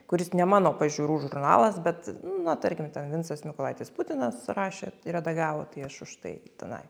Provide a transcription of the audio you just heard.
kuris ne mano pažiūrų žurnalas bet na tarkim ten vincas mykolaitis putinas rašė ir redagavo tai aš užtai tenai